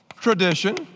tradition